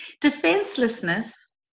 Defenselessness